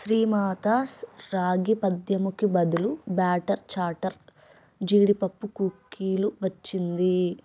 శ్రీమాతాస్ రాగి పద్యముకి బదులు బ్యాటర్ చాటర్ జీడిపప్పు కుక్కీలు వచ్చింది